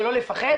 ולא לפחד,